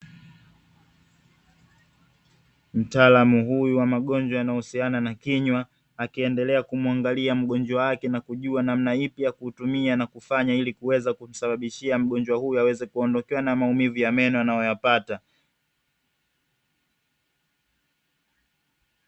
Mtaalamu huyu wa magonjwa yanayohusiana na kinywa, akiendelea kumuangalia mgonjwa wake na kujua namna ipi ya kutumia na kufanya ili kuweza kumsababishia mgonjwa huyo aweze kuondokewa na maumivu ya meno anayoyapata.